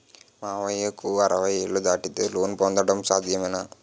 మామయ్యకు అరవై ఏళ్లు దాటితే లోన్ పొందడం సాధ్యమేనా?